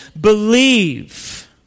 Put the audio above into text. believe